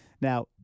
Now